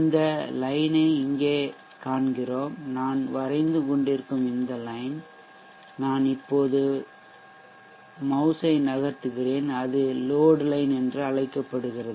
இந்த லைன் ஐ இங்கே காண்கிறோம் நான் வரைந்து கொண்டிருக்கும் இந்த லைன் நான் இப்போது சுட்டியைமௌசை நகர்த்துகிறேன் அது லோட் லைன் என்று அழைக்கப்படுகிறது